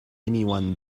anyone